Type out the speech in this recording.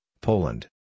Poland